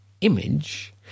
image